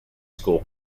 school